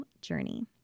journey